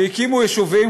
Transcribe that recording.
כשהקימו יישובים,